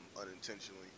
unintentionally